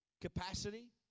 Capacity